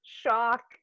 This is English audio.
shock